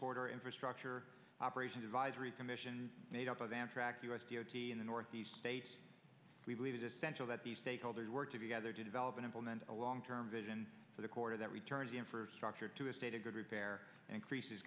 corridor infrastructure operations advisory commission made up of amtrak us d o t in the northeast states we believe it essential that the stakeholders work together to develop and implement a long term vision for the quarter that returns the infrastructure to a state of good repair increases